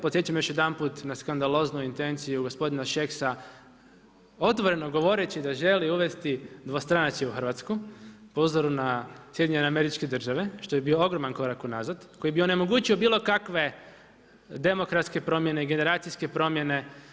Podsjećam još jedanput na skandaloznu intenciju gospodina Šeksa, otvoreno govoreći da želi uvesti dvostranačje u Hrvatsku po uzoru na SAD koji je bio ogroman korak unazad koji bi onemogućio bilo kakve demokratske promjene, generacijske promjene.